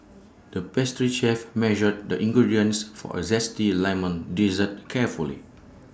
the pastry chef measured the ingredients for A Zesty Lemon Dessert carefully